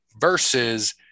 versus